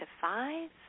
five